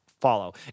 follow